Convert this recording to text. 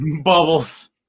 Bubbles